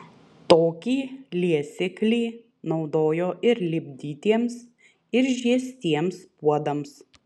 tokį liesiklį naudojo ir lipdytiems ir žiestiems puodams